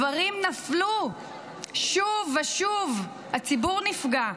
דברים נפלו שוב ושוב והציבור נפגע,